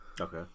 Okay